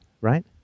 right